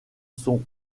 sont